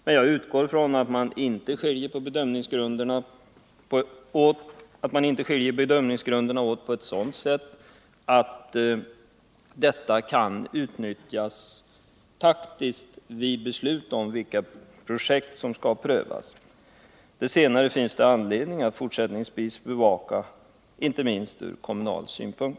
Men jag utgår ifrån att man inte skiljer bedömningsgrunderna åt på ett sådant sätt att detta kan utnyttjas taktiskt vid beslut om vilka projekt som skall prövas. Detta finns det anledning att fortsättningsvis bevaka, inte minst från kommunal synpunkt.